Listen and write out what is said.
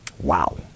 Wow